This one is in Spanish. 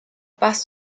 paz